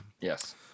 yes